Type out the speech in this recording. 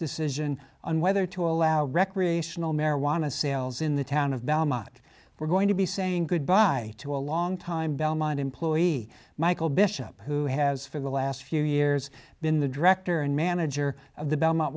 decision on whether to allow recreational marijuana sales in the town of balad lot we're going to be saying goodbye to a long time belmont employee michael bishop who has for the last few years been the director and manager of the belmont